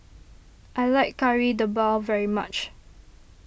I like Kari Debal very much